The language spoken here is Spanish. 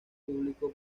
público